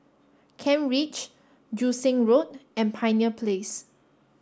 Kent Ridge Joo Seng Road and Pioneer Place